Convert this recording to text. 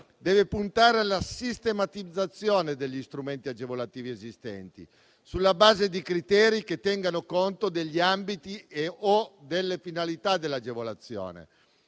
deve puntare alla sistematizzazione degli strumenti agevolativi esistenti, sulla base di criteri che tengano conto degli ambiti e/o delle finalità dell'agevolazione,